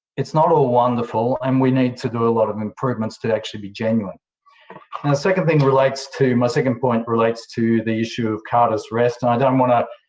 it's not all wonderful and we need to do a lot of improvements to actually be genuine second thing relates to my second point relates to the issue of carter's rest and i don't want to